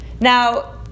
now